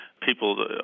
people